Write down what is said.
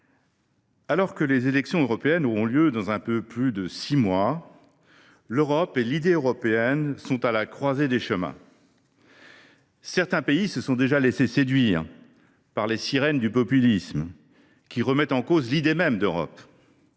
Alors que les élections européennes auront lieu dans un peu plus de six mois, l’Europe et l’idée européenne sont à la croisée des chemins. Certains pays se sont déjà laissé séduire par les sirènes du populisme, qui remettent en cause l’idée même d’Europe.